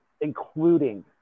including